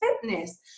fitness